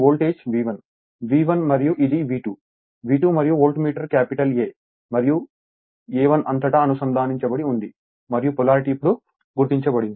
ఈ voltage V1 V1 మరియు ఇది V2 V2 మరియు వోల్టమీటర్ క్యాపిటల్ A1 మరియు a1 అంతటా అనుసంధానించబడి ఉంది మరియు పొలారిటీ ఇప్పుడు గుర్తించబడింది